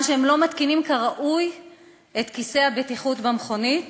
שהם לא מתקינים כראוי את כיסא הבטיחות במכונית